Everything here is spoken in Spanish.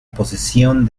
posesión